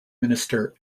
minister